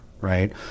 Right